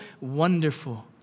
Wonderful